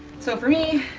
so for me,